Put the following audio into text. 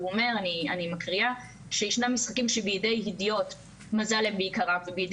אני מקריאה: "ישנם משחקים שבידי הדיוט מזל הם בעיקרם ובעיני